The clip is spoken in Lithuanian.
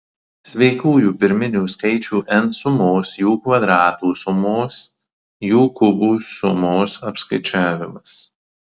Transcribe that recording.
sveikųjų pirminių skaičių n sumos jų kvadratų sumos jų kubų sumos apskaičiavimas